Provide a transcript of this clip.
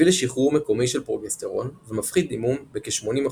- מביא לשחרור מקומי של פרוגסטרון ומפחית דימום בכ - 80%.